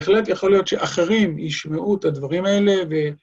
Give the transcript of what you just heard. בהחלט יכול להיות שאחרים ישמעו את הדברים האלה ו...